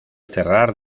cerrar